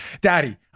daddy